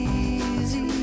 easy